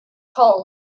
coal